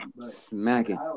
smacking